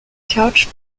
couch